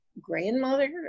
grandmother